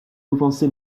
offenser